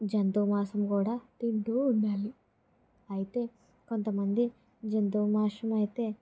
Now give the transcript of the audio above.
జంతు మాసం కూడా తింటూ ఉండాలి అయితే కొంతమంది జంతువు మాసం అయితే